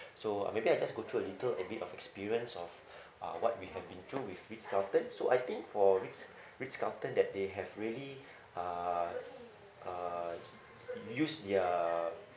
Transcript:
so uh maybe I just go through a little a bit of experience of uh what we have been through with Ritz Carlton so I think for Ritz Ritz Carlton that they have really uh uh use their